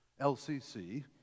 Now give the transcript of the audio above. LCC